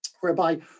whereby